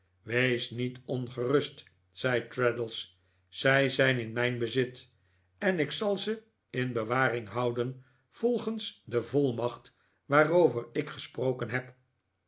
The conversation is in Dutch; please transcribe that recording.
wees niet ongerust zei traddles zij zijn in mijn bezit en ik zal ze in bewaring houden volgens de volmacht waarover ik gesproken heb